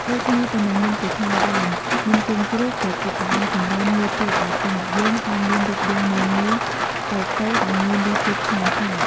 ដូចគ្នាទៅនឹងនំគូឆាយដែរ នំជើងជ្រូកក៏ជាអាហារសម្រន់មួយទៀតដែលពេញនិយមហើយមានរូបរាងមូលៗ តូចៗ និងមានរសជាតិឆ្ងាញ់ប្លែក។